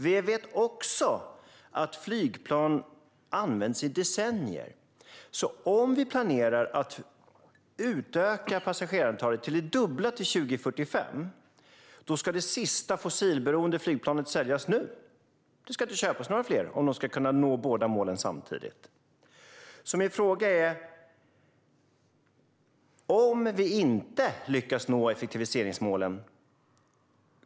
Vi vet också att flygplan används i decennier, så om vi planerar att utöka passagerarantalet till det dubbla till 2045 ska det sista fossilberoende flygplanet säljas nu. Om vi ska nå båda målen samtidigt ska inga fler köpas.